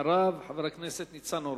ואחריו, חבר הכנסת ניצן הורוביץ.